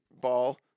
ball